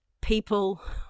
people